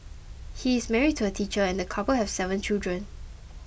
he is married to a teacher and the couple have seven children